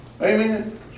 Amen